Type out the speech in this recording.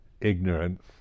Ignorance